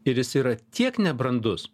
ir jis yra tiek nebrandus